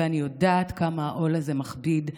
ואני יודעת כמה העול הזה מכביד,